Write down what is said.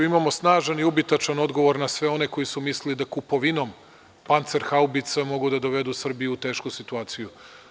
Imamo snažan i ubitačan odgovor na sve one koji su mislili da kupovinom pancer haubica mogu da dovedu Srbiju u tešku situaciju.